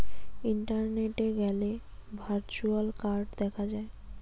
ইন্টারনেটে গ্যালে virtual card দেখা যায়